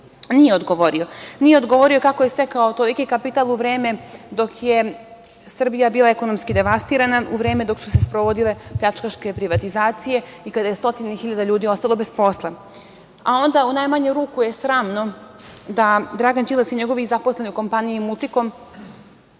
Nije odgovorio. Nije odgovorio kako je stekao toliki kapital u vreme dok je Srbija bila ekonomski devastirana, u vreme dok su se sprovodile pljačkaške privatizacije i kada je stotine hiljada ljudi ostalo bez posla. Onda, u najmanju ruku je sramno da Dragan Đilas i njegovi zaposleni u kompaniji „Multikom“,